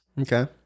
Okay